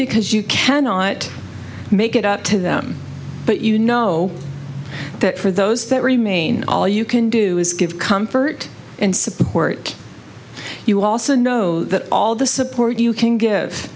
because you cannot make it up to them but you know that for those that remain all you can do is give comfort and support you also know that all the support you can give